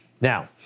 now